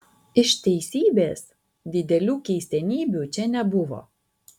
iš teisybės didelių keistenybių čia nebuvo